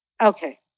Okay